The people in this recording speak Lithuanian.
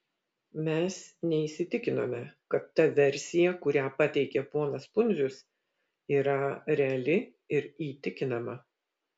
mes neįsitikinome kad ta versija kurią pateikė ponas pundzius yra reali ir įtikinama